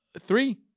three